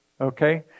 Okay